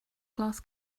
glass